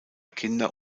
kinder